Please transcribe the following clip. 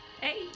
Hey